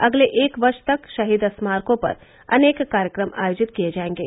अगले एक वर्ष तक शहीद स्मारकों पर अनेक कार्यक्रम आयोजित किए जायेंगे